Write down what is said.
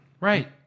Right